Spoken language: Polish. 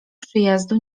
przyjazdu